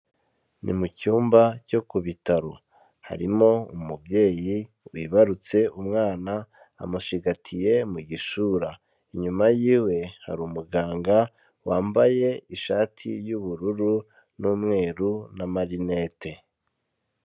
Ni mu cyumba cyo ku bitaro, harimo umubyeyi wibarutse umwana, amushigatiye mu gishura, inyuma yiwe hari umuganga wambaye ishati y'ubururu n'umweru n'amarinete.